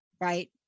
right